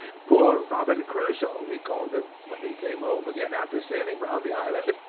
poor robin crusoe, he called him, when he came home again after sailing round the island.